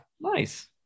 Nice